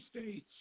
states